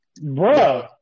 Bro